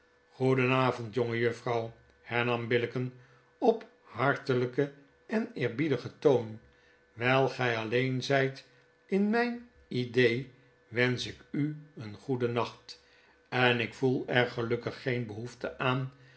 avond jongejuffrouw hernam billicken op hartelyken en eerbiedigen toon wyl gij alleen zyt in myn idee wensch iku een goedennacht en ik voel er gelukkig geen behoefte aan